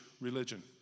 religion